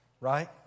right